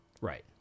Right